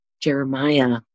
Jeremiah